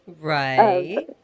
right